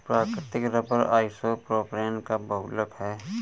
प्राकृतिक rubber isopropene का बहुलक है